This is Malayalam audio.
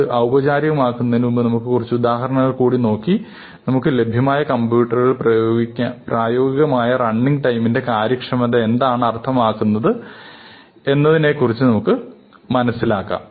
ഇത് ഔപചാരികമാക്കുന്നതിന് മുമ്പ് നമുക്ക് കുറച്ച് ഉദാഹരണങ്ങൾ നോക്കി നമുക്ക് ലഭ്യമായ കമ്പ്യൂട്ടറുകളിൽ പ്രായോഗികമായ റണ്ണിങ് ടൈമിന്റെ കാര്യക്ഷമത എന്താണ് അർത്ഥമാക്കുന്നത് എന്നതിനെക്കുറിച്ച് നമുക്ക് മനസ്സിലാക്കാം